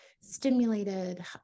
stimulated